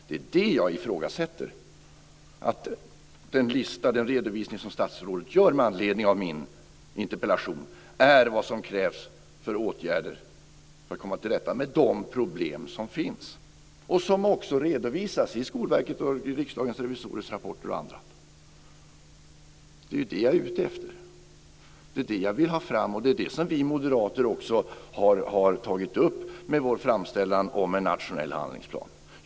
Det är det jag ifrågasätter; att den lista som statsrådet redovisar med anledning av min interpellation är de åtgärder som krävs för att komma till rätta med de problem som finns - och som också redovisas av Skolverket, i Riksdagens revisorers rapporter och i andra sammanhang. Det är det jag är ute efter. Det är det jag vill ha fram, och det är det vi moderater också har tagit upp med vår framställan om en nationell handlingsplan.